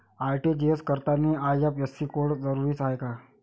RTGS करतांनी IFSC code जरुरीचा हाय का?